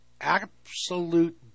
absolute